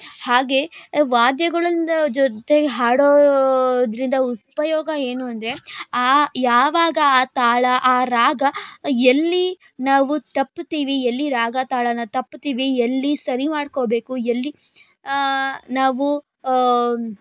ಹಾಗೆ ವಾದ್ಯಗಳ ಜೊತೆಗೆ ಹಾಡೋದರಿಂದ ಉಪಯೋಗ ಏನು ಅಂದರೆ ಆ ಯಾವಾಗ ಆ ತಾಳ ಆ ರಾಗ ಎಲ್ಲಿ ನಾವು ತಪ್ಪುತ್ತೀವಿ ಎಲ್ಲಿ ರಾಗ ತಾಳನ ತಪ್ಪುತ್ತೀವಿ ಎಲ್ಲಿ ಸರಿ ಮಾಡ್ಕೋಬೇಕು ಎಲ್ಲಿ ನಾವು